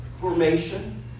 formation